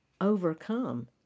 overcome